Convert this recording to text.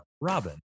Robin